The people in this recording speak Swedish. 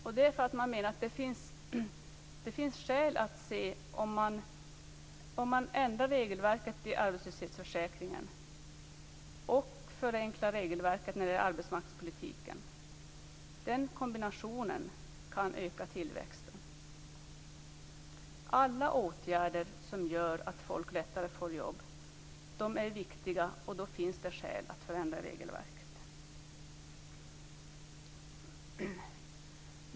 Man menar nämligen att det finns skäl att se om en kombination av att ändra regelverket i arbetslöshetsförsäkringen och förenkla regelverket när det gäller arbetsmarknadspolitiken kan öka tillväxten. Alla åtgärder som gör att folk lättare får jobb är viktiga, och då finns det skäl att förändra regelverket.